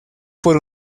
por